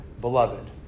beloved